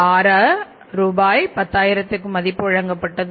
26 ரூபாய்10000 மதிப்பிற்கு வழங்கப்படும்